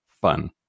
fun